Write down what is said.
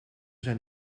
zijn